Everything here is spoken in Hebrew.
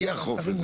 מי אוכף?